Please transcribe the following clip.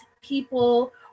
people